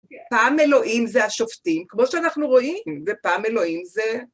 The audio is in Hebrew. פעם אלוהים זה השופטים, כמו שאנחנו רואים, ופעם אלוהים זה...